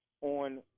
on